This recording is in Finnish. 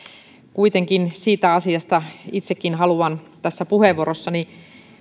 kuitenkin siitä asiasta itsekin haluan tässä puheenvuorossani